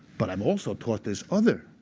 but i'm also taught this other.